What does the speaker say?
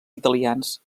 italians